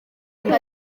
ari